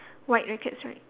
white rackets right